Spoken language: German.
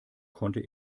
konnte